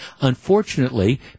unfortunately